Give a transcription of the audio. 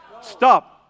Stop